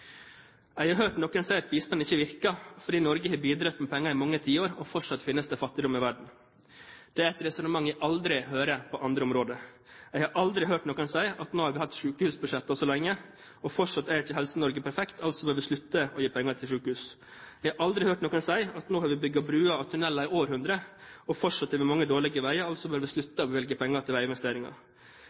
Jeg har hørt noen si at bistand ikke virker, fordi Norge har bidratt med penger i mange tiår, og fortsatt finnes det fattigdom i verden. Det er et resonnement jeg aldri hører på andre områder. Jeg har aldri hørt noen si at nå har vi hatt sykehusbudsjetter så lenge, og fortsatt er ikke Helse-Norge perfekt, altså bør vi slutte å gi penger til sykehus. Jeg har aldri hørt noen si at nå har vi bygget broer og tunneler i århundrer, og fortsatt har vi mange dårlige veier, altså bør vi slutte å bevilge penger til veiinvesteringer.